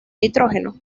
nitrógeno